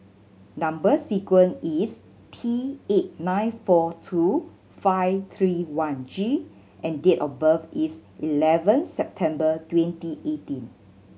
number sequence is T eight nine four two five three one G and date of birth is eleven September twenty eighteen